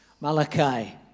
Malachi